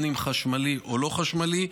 חשמלי או לא חשמלי,